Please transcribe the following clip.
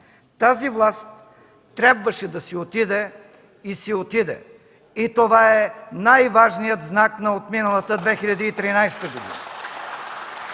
Тази власт трябваше да си отиде и си отиде! И това е най-важният знак на отминалата 2013 г.